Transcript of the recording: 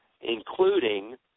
including